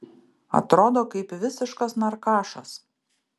atrodo kaip visiškas narkašas